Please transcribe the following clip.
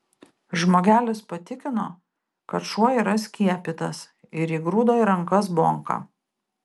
žmogelis patikino kad šuo yra skiepytas ir įgrūdo į rankas bonką